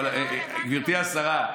אבל גברתי השרה,